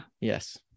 Yes